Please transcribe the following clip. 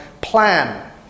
plan